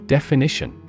Definition